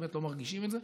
באמת לא מרגישים את זה.